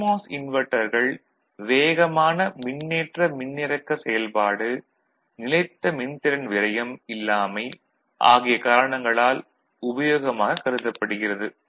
CMOS இன்வெர்ட்டர்கள் வேகமான மின்னேற்ற மின்னிறக்க செயல்பாடு நிலைத்த மின்திறன் விரயம் இல்லாமை ஆகிய காரணங்களால் உபயோகமாகக் கருதப்படுகிறது